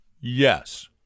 Yes